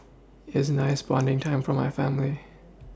isn't nice bonding time for my family